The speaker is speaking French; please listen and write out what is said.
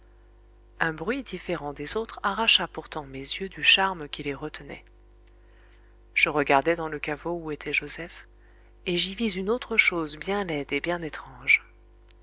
un bruit différent des autres arracha pourtant mes yeux du charme qui les retenait je regardai dans le caveau où était joseph et j'y vis une autre chose bien laide et bien étrange